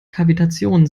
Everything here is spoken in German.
kavitation